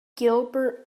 gilbert